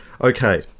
okay